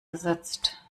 gesetzt